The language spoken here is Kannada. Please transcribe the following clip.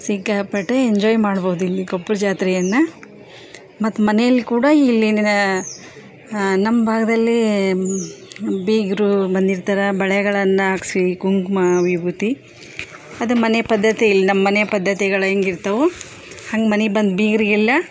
ಸಿಕ್ಕಾಪಟ್ಟೆ ಎಂಜಾಯ್ ಮಾಡ್ಬೋದು ಇಲ್ಲಿ ಕೊಪ್ಳ ಜಾತ್ರೆಯನ್ನು ಮತ್ತು ಮನೇಲಿ ಕೂಡ ಇಲ್ಲಿನ ನಮ್ಮ ಭಾಗದಲ್ಲಿ ಬೀಗರು ಬಂದಿರ್ತಾರೆ ಬಳೆಗಳನ್ನ ಹಾಕಿಸಿ ಕುಂಕುಮ ವಿಭೂತಿ ಅದು ಮನೆ ಪದ್ಧತಿ ಇಲ್ಲಿ ನಮ್ಮನೆ ಪದ್ಧತಿಗಳು ಹೆಂಗೆ ಇರ್ತವೆ ಹಂಗೆ ಮನೆ ಬಂದು ಬೀಗರಿಗೆಲ್ಲ